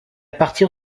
partir